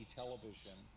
television